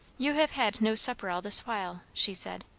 you have had no supper all this while! she said.